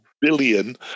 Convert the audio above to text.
billion